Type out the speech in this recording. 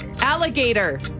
Alligator